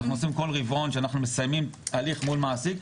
כל רבעון שאנחנו מסיימים הליך מול מעסיק,